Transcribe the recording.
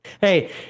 Hey